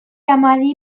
amari